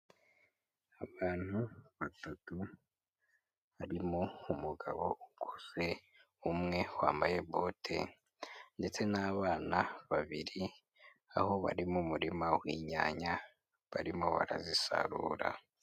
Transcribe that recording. Abantu batatu barimo umugabo ukuze, umwe wambaye bote ndetse n'abana babiri, aho bari mu murima w'inyanya barimo barazisarura.